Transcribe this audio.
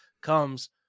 comes